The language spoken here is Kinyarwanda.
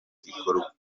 gikorwa